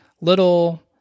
little